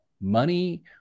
money